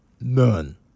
None